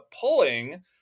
pulling